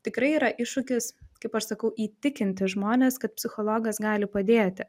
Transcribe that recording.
tikrai yra iššūkis kaip aš sakau įtikinti žmones kad psichologas gali padėti